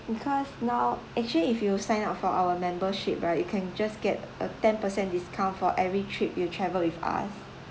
because now actually if you sign up for our membership right you can just get a ten per cent discount for every trip you travel with us